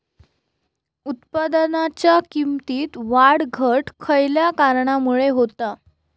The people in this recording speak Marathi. उत्पादनाच्या किमतीत वाढ घट खयल्या कारणामुळे होता?